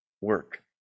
work